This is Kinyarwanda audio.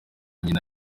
nyina